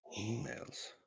emails